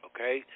Okay